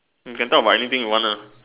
you can talk about anything you want lah